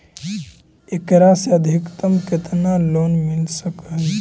एकरा से अधिकतम केतना लोन मिल सक हइ?